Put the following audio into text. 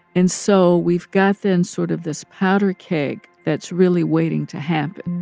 and so we've got then sort of this powder keg that's really waiting to happen